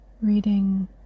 reading